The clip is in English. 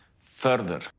further